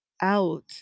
out